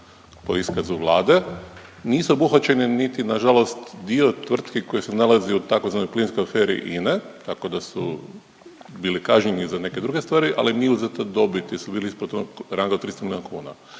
po iskazu Vlade nisu obuhvaćene niti nažalost dio tvrtki koje se nalazi u tzv. plinskoj aferi INA-e tako da su bili kažnjeni za neke druge stvari, ali nije uzeta dobit jesu bili ispod onog ranga od 300 milijuna kuna.